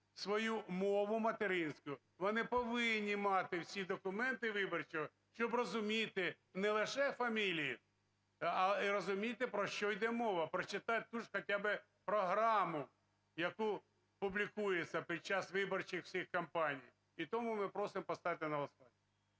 мову материнську, вони повинні мати всі документи виборчі, щоб розуміти не лише фамілії, а і розуміти, про що йде мова, прочитати ту ж хотя бы програму, яка публікується під час виборчих всіх кампаній. І тому ми просимо поставити на